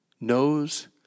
knows